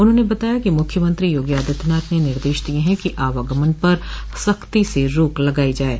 उन्होंने बताया कि मुख्यमंत्री योगी आदित्यनाथ ने निर्देश दिये है कि आवागमन पर सख्ती से रोक लगाई जाये